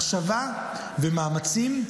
מחשבה ומאמצים,